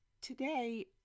today